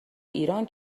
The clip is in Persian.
ایران